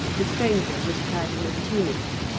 the stranger was clad in a tunic,